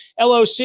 LOC